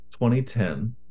2010